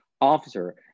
officer